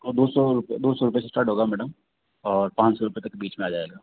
दो सौ दो सौ रुपये से स्टार्ट होगा मैडम और पाँच सौ रुपये के बीच में आ जाएगा